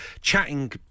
chatting